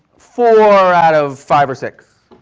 four out of five or six.